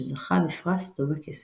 שזכה בפרס דוב הכסף.